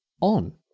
on